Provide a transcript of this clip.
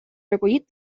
recollit